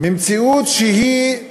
ממציאות שהיא כשלעצמה,